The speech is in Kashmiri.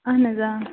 اَہَن حظ آ